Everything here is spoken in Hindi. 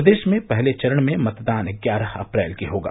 प्रदेश में पहले चरण में मतदान ग्यारह अप्रैल को होगा